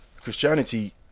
Christianity